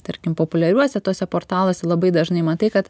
tarkim populiariuose tuose portaluose labai dažnai matai kad